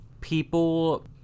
people